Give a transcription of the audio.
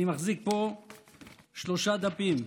אני מחזיק פה שלושה דפים.